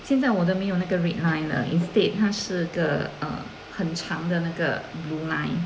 现在我的没有那个 red line 了 instead 它是个 uh 很长的那个 blue line